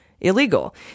illegal